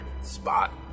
spot